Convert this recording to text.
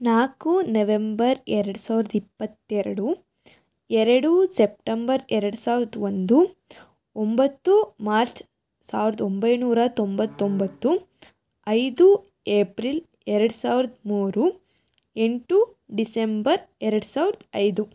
ನಾಲ್ಕು ನೆವೆಂಬರ್ ಎರಡು ಸಾವಿರದ ಇಪ್ಪತ್ತೆರಡು ಎರಡು ಸೆಪ್ಟಂಬರ್ ಎರಡು ಸಾವಿರದ ಒಂದು ಒಂಬತ್ತು ಮಾರ್ಚ್ ಸಾವಿರದ ಒಂಬೈನೂರ ತೊಂಬತ್ತೊಂಬತ್ತು ಐದು ಏಪ್ರಿಲ್ ಎರಡು ಸಾವಿರದ ಮೂರು ಎಂಟು ಡಿಸೆಂಬರ್ ಎರಡು ಸಾವಿರದ ಐದು